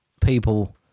people